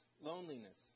loneliness